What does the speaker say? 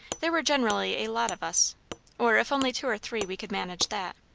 there were generally a lot of us or if only two or three we could manage that.